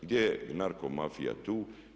Gdje je narko mafija tu?